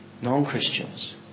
Non-Christians